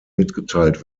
mitgeteilt